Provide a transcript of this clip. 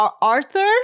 Arthur